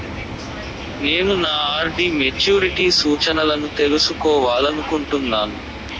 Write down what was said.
నేను నా RD maturity సూచనలను తెలుసుకోవాలనుకుంటున్నాను